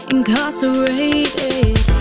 Incarcerated